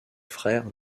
frère